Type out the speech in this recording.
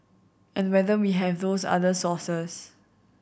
and whether we have those other sources